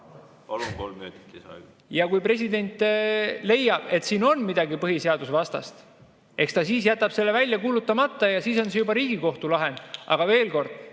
Ja kui president leiab, et siin on midagi põhiseadusvastast, eks ta siis jätab selle välja kuulutamata ja siis on see juba Riigikohtu lahendada. Aga veel kord: